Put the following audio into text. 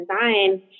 design